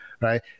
right